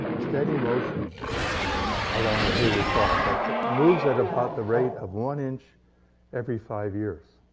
steady motion along the hayward fault that moves at about the rate of one inch every five years.